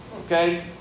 Okay